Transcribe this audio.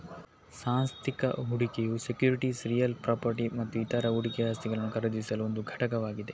ಸಾಂಸ್ಥಿಕ ಹೂಡಿಕೆಯು securities real property ಮತ್ತು ಇತರ ಹೂಡಿಕೆ ಆಸ್ತಿಗಳನ್ನು ಖರೀದಿಸಲು ಒಂದು ಘಟಕವಾಗಿದೆ